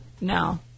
No